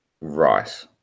Right